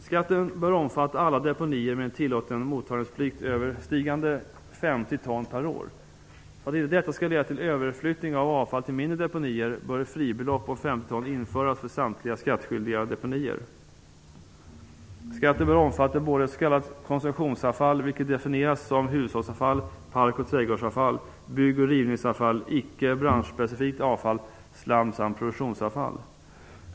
Skatten bör omfatta alla deponier med en tillåten mottagningsplikt överstigande 50 ton per år. För att inte detta skall leda till en överflyttning av avfall till mindre deponier bör ett fribelopp om 50 ton införas för samtliga skattskyldiga deponier. Skatten bör omfatta både s.k. konsumtionsavfall, vilket definieras som hushållsavfall, park och trädgårdsavfall, byggoch rivningsavfall, icke branschspecifikt avfall och slam samt produktionsavfall.